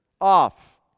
off